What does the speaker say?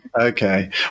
Okay